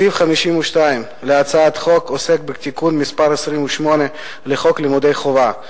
סעיף 52 להצעת החוק עוסק בתיקון מס' 28 לחוק לימוד חובה,